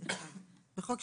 9:15 בבוקר.